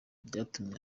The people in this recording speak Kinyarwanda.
byatumye